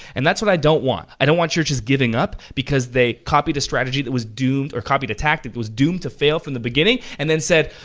and that's what i don't want. i don't want churches giving up because they copied a strategy that was doomed or copied a tactic that was doomed to fail from the beginning and then said,